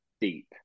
deep